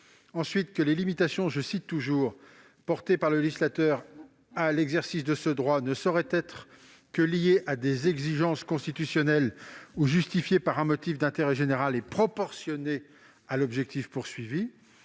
», que « les limitations portées par le législateur à l'exercice de ce droit ne sauraient être que liées à des exigences constitutionnelles ou justifiées par un motif d'intérêt général et proportionnées à l'objectif poursuivi